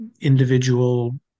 individual